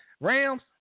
Rams